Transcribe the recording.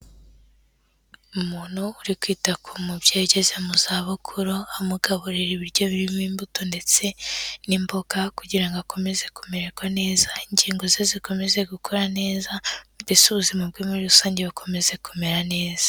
Umuntu uri kwita ku mubyeyi ugeze mu za bukuru, amugaburira ibiryo birimo imbuto ndetse n'imboga kugira ngo akomeze kumererwa neza. Ingingo ze zikomeze gukora neza ndetse ubuzima bwe muri rusange bukomeze kumera neza.